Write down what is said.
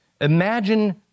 Imagine